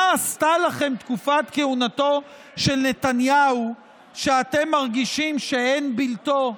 מה עשתה לכם תקופת כהונתו של נתניהו שאתם מרגישים שאין בלתו?